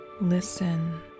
Listen